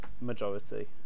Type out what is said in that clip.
majority